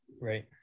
Right